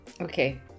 Okay